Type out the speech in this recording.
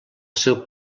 seu